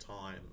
time